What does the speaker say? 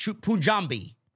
Punjabi